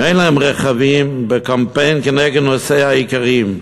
אין להם רכבים, בקמפיין כנגד נוסעיה העיקריים?